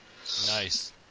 Nice